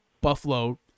Buffalo